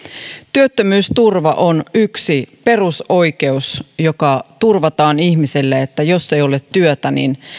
työttömyysturva on yksi perusoikeus joka turvataan ihmiselle jos ei ole työtä niin